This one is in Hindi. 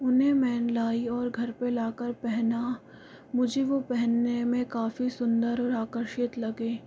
उन्हें मैं लाई और घर पर ला कर पहना मुझे वह पहनने में काफ़ी सुंदर और आकर्षित लगें